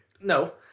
No